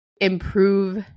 improve